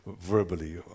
verbally